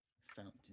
Fountain